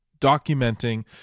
documenting